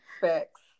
Facts